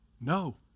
No